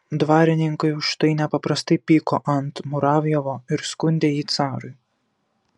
dvarininkai už tai nepaprastai pyko ant muravjovo ir skundė jį carui